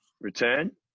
return